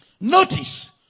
Notice